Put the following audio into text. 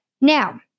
Now